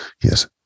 Yes